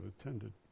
attended